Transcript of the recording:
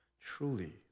truly